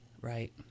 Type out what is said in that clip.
Right